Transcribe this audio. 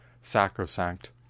sacrosanct